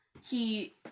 he-